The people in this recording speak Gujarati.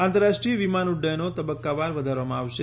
આંતરરાષ્ટ્રીય વિમાન ઉડ્ડયનો તબક્કાવાર વધારવામાં આવશે